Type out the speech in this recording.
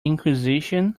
inquisition